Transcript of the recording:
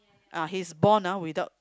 uh he is born uh without